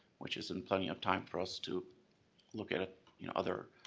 which isn't plenty of time for us to look at at you know other